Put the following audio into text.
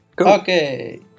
Okay